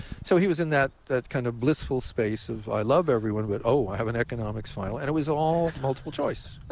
so he was in that that kind of blissful space of, i love everyone, but, oh, i have an economics final. and it was all multiple choice.